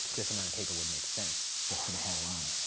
this amount of paper would make sense, just from height alone.